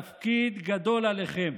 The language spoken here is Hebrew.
התפקיד גדול עליכם.